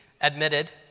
admitted